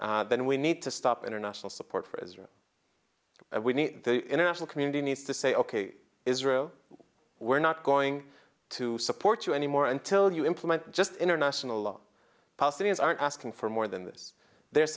then we need to stop international support for israel and we need the international community needs to say ok israel we're not going to support you anymore until you implement just international law palestinians aren't asking for more than this there's